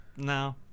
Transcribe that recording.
No